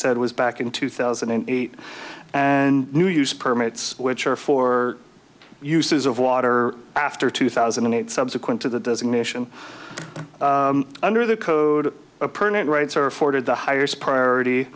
said was back in two thousand and eight and new use permits which are for uses of water after two thousand and eight subsequent to the designation under the code a permit rights are afforded the higher priority